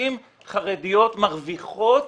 נשים חרדיות מרוויחות